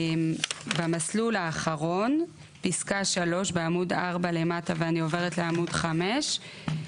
ובמסלול האחרון פסקה 3 בעמוד 4 למטה ואני עוברת לעמוד 5,